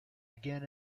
again